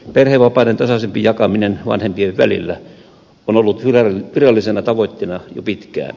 perhevapaiden tasaisempi jakaminen vanhempien välillä on ollut virallisena tavoitteena jo pitkään